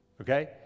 okay